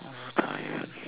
I'm very tired